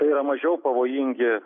tai yra mažiau pavojingi